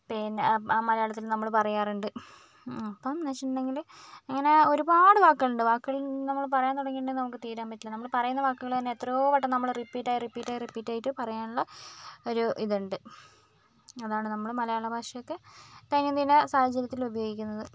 പിന്നെ ആ മലയാളത്തിൽ നമ്മൾ പറയാറുണ്ട് അപ്പം എന്ന് വെച്ചിട്ടുണ്ടെങ്കിൽ ഇങ്ങനെ ഒരുപാട് വാക്കുകൾ ഉണ്ട് വാക്കുകൾ ഇനിയും നമ്മൾ പറയാൻ തുടങ്ങിയിട്ടുണ്ടെങ്കിൽ നമുക്ക് തീരാൻ പറ്റില്ല നമ്മൾ പറയുന്ന വാക്കുകൾ തന്നെ നമ്മൾ എത്രയോ വട്ടം റിപ്പീറ്റ് ആയി റിപ്പീറ്റ് ആയി റിപ്പീറ്റ് ആയിട്ട് പറയാനുള്ള ഒരു ഇതുണ്ട് അതാണ് നമ്മൾ മലയാള ഭാഷയൊക്കെ ദൈനംദിന സാഹചര്യത്തിൽ ഉപയോഗിക്കുന്നത്